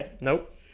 Nope